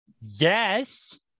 yes